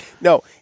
No